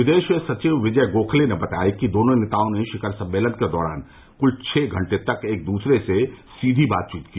विदेश सचिव विजय गोखले ने बताया कि दोनों नेताओं ने शिखर सम्मेलन के दौरान कुल छह घंटे तक एक दूसरे से सीधी बातचीत की